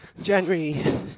January